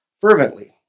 fervently